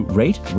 rate